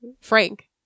frank